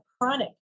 chronic